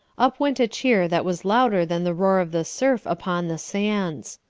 up went a cheer that was louder than the roar of the surf upon the sands.